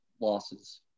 losses